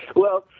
well,